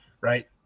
right